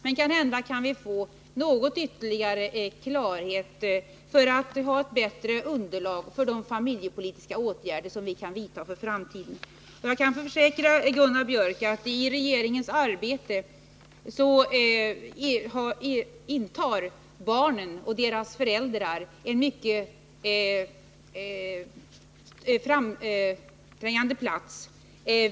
Men kanske kan vi få någon ytterligare klarhet — som kan ge ett bättre underlag för de familjepolitiska åtgärder vi skall vidta för framtiden. Jag kan försäkra Gunnar Biörck att barn och deras föräldrar intar en mycket framskjuten plats i regeringens arbete.